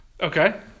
Okay